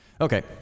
Okay